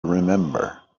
remember